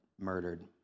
murdered